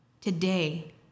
Today